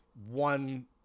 One